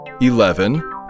eleven